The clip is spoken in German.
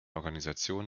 organisation